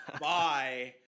Bye